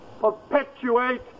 perpetuate